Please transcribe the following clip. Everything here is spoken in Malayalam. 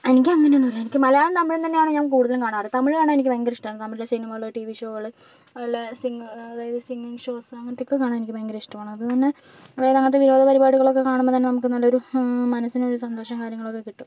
എനിക്കങ്ങനെയൊന്നുമില്ല എനിക്ക് മലയാളം തമിഴ് തന്നെയാണ് ഞാൻ കൂടുതലും കാണാറ് തമിഴാണ് എനിക്ക് ഭയങ്കര ഇഷ്ടമാണ് തമിഴിലിലെ സിനിമകൾ ടി വി ഷോകൾ നല്ല സിംഗേഴ്സ് അതായത് സിംഗിംഗ് ഷോസ് അങ്ങനത്തെയൊക്കെ കാണാൻ എനിക്ക് ഭയങ്കര ഇഷ്ടമാണ് അത് തന്നെ അതായത് അതുപോലത്തെ വിനോദപരിപാടികളൊക്കെ കാണുമ്പോൾ തന്നെ നമുക്ക് നല്ലൊരു മനസ്സിനൊരു സന്തോഷവും കാര്യങ്ങളൊക്കെ കിട്ടും